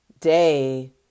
day